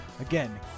Again